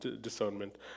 discernment